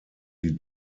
die